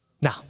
Now